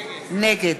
נגד